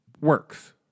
works